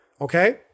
okay